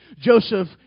Joseph